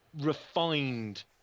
refined